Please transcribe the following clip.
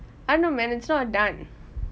I don't know man it's not done